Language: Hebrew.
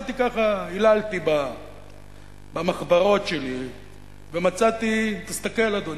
עלעלתי במחברות שלי ומצאתי, תסתכל, אדוני,